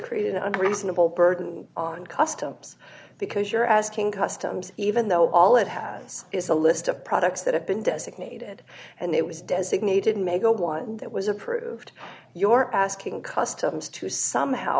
creating a reasonable burden on customs because you're asking customs even though all it has is a list of products that have been designated and it was designated in may go one that was approved your asking customs to somehow